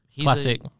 Classic